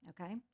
Okay